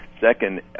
Second